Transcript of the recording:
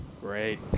great